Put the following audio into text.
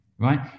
Right